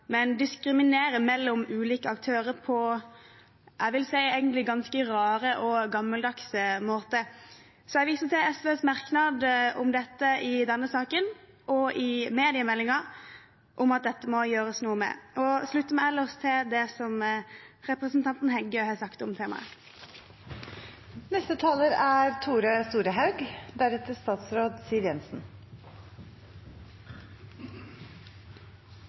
men diskriminerer mellom ulike aktører på det jeg vil si egentlig er ganske rare og gammeldagse måter. Jeg viser til SVs merknad i denne saken og i forbindelse mediemeldingen om at dette må gjøres noe med, og jeg slutter meg ellers det som representanten Heggø har sagt om temaet.